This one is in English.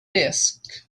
disk